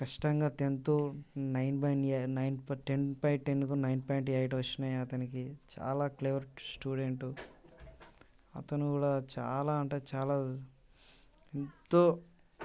కష్టంగా tenth nine బైఏ nine పేర టెన్ పాయింట్ టెన్కు నైన్ పాయింట్ ఎయిట్ వచ్చినాయి అతనికి చాలా క్లేవర్ స్టూడెంట్ అతను కూడా చాలా అంటే చాలా ఎంతో